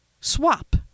swap